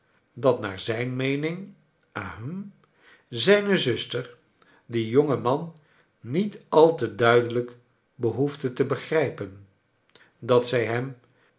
dat naar zijne meening ahem zijne zuster dien jongen man niet al te duidelijk behoefde te begrijpen dat zij hem